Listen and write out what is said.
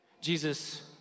Jesus